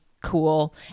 cool